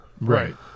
Right